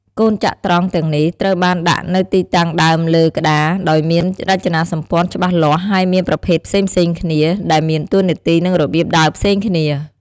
កូនចត្រង្គទាំងនេះត្រូវបានដាក់នៅទីតាំងដើមលើក្ដារដោយមានរចនាសម្ព័ន្ធច្បាស់លាស់ ហើយមានប្រភេទផ្សេងៗគ្នា ដែលមានតួនាទី និងរបៀបដើរផ្សេងគ្នា។